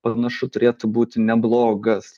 panašu turėtų būti neblogas